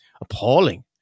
appalling